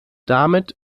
damit